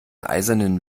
eisernen